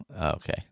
Okay